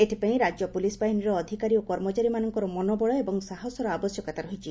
ଏଥିପାଇଁ ରାଜ୍ୟ ପୁଲିସ୍ ବାହିନୀର ଅଧିକାରୀ ଓ କର୍ମଚାରୀମାନଙ୍କର ମନୋବଳ ଏବଂ ସାହସର ଆବଶ୍ୟକତା ରହିଛି